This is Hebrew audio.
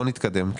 בואו נתקדם.